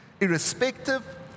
Irrespective